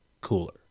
cooler